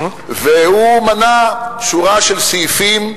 והוא מנה שורה של סעיפים,